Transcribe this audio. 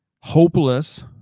hopeless